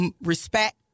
Respect